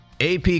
AP